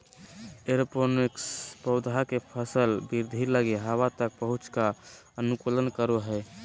aeroponics पौधा के सफल वृद्धि लगी हवा तक पहुंच का अनुकूलन करो हइ